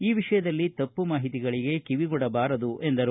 ಈ ವಿಷಯದಲ್ಲಿ ತಪ್ಪು ಮಾಹಿತಿಗಳಿಗೆ ಕಿವಿಗೊಡಬಾರದು ಎಂದರು